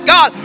God